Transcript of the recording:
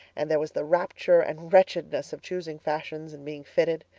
and there was the rapture and wretchedness of choosing fashions and being fitted.